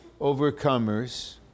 overcomers